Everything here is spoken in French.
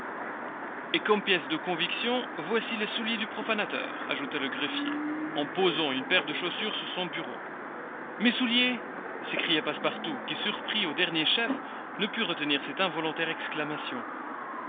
et comme pièce de conviction voici les souliers du profanateur ajouta le greffier en posant une paire de chaussures sur son bureau mes souliers s'écria passepartout qui surpris au dernier chef ne put retenir cette involontaire exclamation